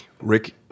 Rick